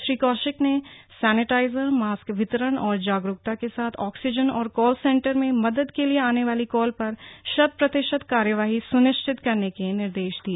श्री कौशिक ने sanitiser mask वितरण और जागरूकता के साथ आक्सीजन और काल सेंटर में मदद के लिए आने वाली कॉल पर शत प्रतिशत कार्यवाही सुनिश्चित करने के निर्देश दिए